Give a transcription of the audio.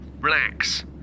relax